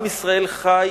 עם ישראל חי